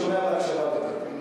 אני שומע בהקשבה, אדוני.